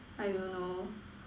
I don't know